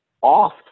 off